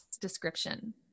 description